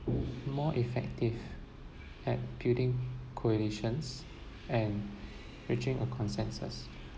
more effective at building coalitions and reaching a consensus